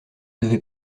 devez